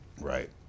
right